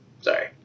Sorry